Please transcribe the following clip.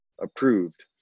approved